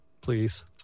please